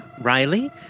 Riley